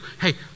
Hey